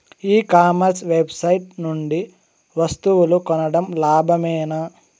ఈ commerce website నుండి వస్తువులు కొనడం లాభమేనా?